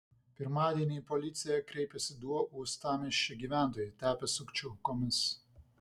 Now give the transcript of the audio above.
pirmadienį į policiją kreipėsi du uostamiesčio gyventojai tapę sukčių aukomis